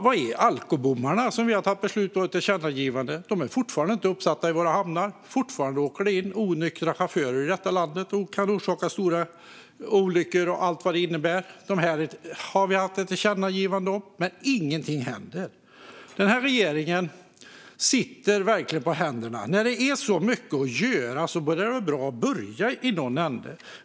Var är alkobommarna som vi beslutade om ett tillkännagivande om? De är fortfarande inte uppsatta i våra hamnar. Fortfarande åker det in onyktra chaufförer i detta land och kan orsaka stora olyckor med allt vad det innebär. Detta har vi haft ett tillkännagivande om, men ingenting händer. Den här regeringen sitter verkligen på händerna. När det är så mycket att göra vore det väl bra att börja någonstans?